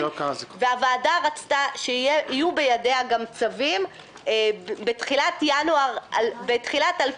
והוועדה רצתה שיהיו בידיה גם צווים בתחילת 2020